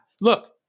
look